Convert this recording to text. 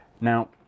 now